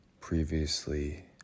previously